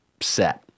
set